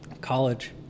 College